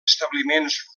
establiments